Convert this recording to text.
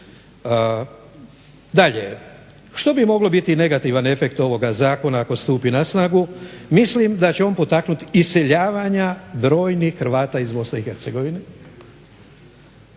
Dalje, što bi moglo biti negativan efekt ovoga Zakona ako stupi na snagu. Mislim da će on potaknuti iseljavanja brojnih Hrvata iz Bosne i Hercegovine